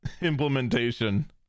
implementation